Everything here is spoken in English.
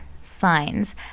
signs